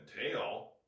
tail